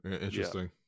interesting